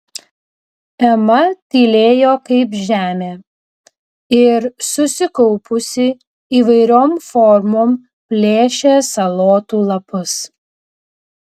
ema tylėjo kaip žemė ir susikaupusi įvairiom formom plėšė salotų lapus